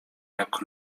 jak